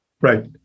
Right